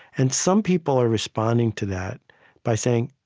and some people are responding to that by saying,